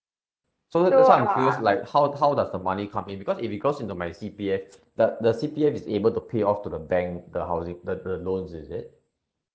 so that's why I'm curious like how how does the money come in because if it goes into my C_P_F the the C_P_F is able to pay off to the bank the housing the the loans is it